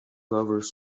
covers